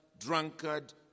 drunkard